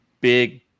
big